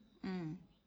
mm